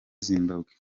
zimbabwe